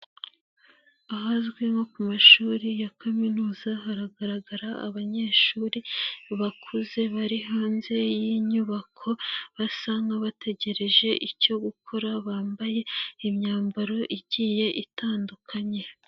Ahazwi nko ku mashuri ya kaminuza, haragaragara abanyeshuri bakuze, bari hanze y'iyi nyubako, basa nkabategereje icyo gukora, bambaye imyambaro igiye itandukanye.